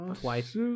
twice